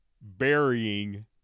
burying